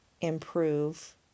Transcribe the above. improve